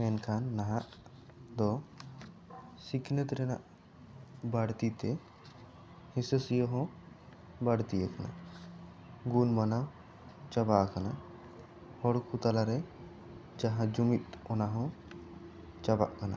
ᱢᱮᱱᱠᱷᱟᱱ ᱱᱟᱦᱟᱜ ᱫᱚ ᱥᱤᱠᱷᱱᱟᱹᱛ ᱨᱮᱱᱟᱜ ᱵᱟᱹᱲᱛᱤ ᱛᱮ ᱦᱤᱸᱥᱟᱹ ᱥᱩᱭᱟ ᱦᱚᱸ ᱵᱟᱹᱲᱛᱤ ᱟᱠᱟᱱᱟ ᱜᱩᱱ ᱢᱟᱱᱟᱣ ᱪᱟᱵᱟ ᱦᱟᱠᱟᱱᱟ ᱦᱚᱲ ᱠᱚ ᱛᱟᱞᱟ ᱨᱮ ᱡᱟᱦᱟᱸ ᱡᱩᱢᱤᱫ ᱚᱱᱟ ᱦᱚᱸ ᱪᱟᱵᱟᱜ ᱠᱟᱱᱟ